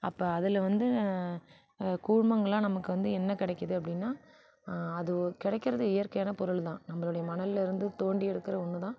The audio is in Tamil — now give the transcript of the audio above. அப்போ அதில் வந்து கூழ்மங்களாக நமக்கு என்ன கிடைக்குது அப்படின்னா அது கிடைக்கிறது இயற்கையான பொருள் தான் நம்மளோடைய மணல்லிருந்து தோண்டி எடுக்கிறது ஒன்றுதான்